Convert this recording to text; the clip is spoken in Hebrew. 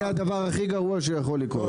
זה יהיה הדבר הכי גרוע שיכול לקרות.